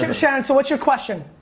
like sharon, so what's your question?